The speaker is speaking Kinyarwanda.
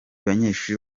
banyeshuri